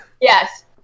Yes